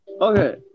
Okay